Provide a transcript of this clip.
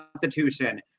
constitution